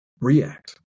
react